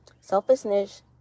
Selfishness